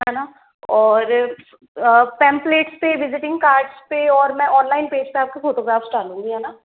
है ना और पैंप्लेट्स पे विज़िटिंग कार्ड्स पे और मैं ऑनलाइन पेज पे आपके फोटोग्राफ्स डालूंगी है ना